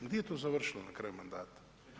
Gdje je to završilo na kraju mandata?